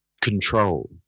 control